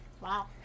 Wow